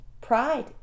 pride